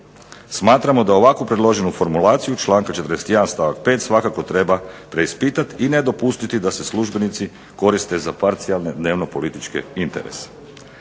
Smatramo da ovako predloženu formulaciju članka 41. stavak 5. svakako treba preispitati i ne dopustiti da se službenici koriste za parcijalne dnevno političke interese.